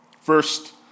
First